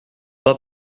pas